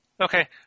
okay